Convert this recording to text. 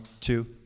two